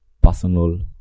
personal